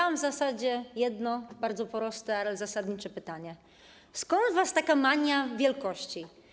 Mam w zasadzie jedno bardzo proste, ale zasadnicze pytanie: Skąd u was taka mania wielkości?